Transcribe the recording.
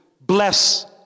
bless